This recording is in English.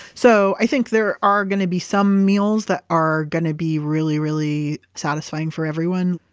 so i think there are going to be some meals that are going to be really, really satisfying for everyone.